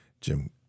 Jim